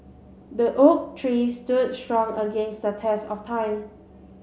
the oak tree stood strong against the test of time